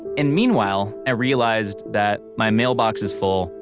and meanwhile, i realized that my mailbox is full.